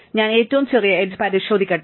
ഞാൻ ഏറ്റവും ചെറിയ എഡ്ജ് പരിശോധിക്കട്ടെ